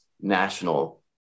national